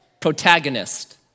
protagonist